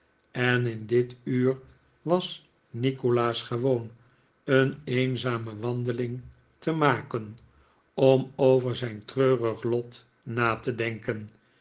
en in dit uur was nikolaas gewoon een eenzame wandeling te maken om over zijn treurig lot na te denken